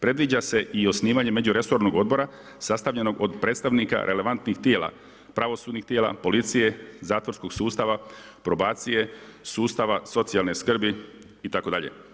Predviđa se i osnivanje međuresornog odbora sastavljenog od predstavnika relevantnih tijela, pravosudnih tijela, policije, zatvorskog sustava, probacije, sustava socijalne skrbi itd.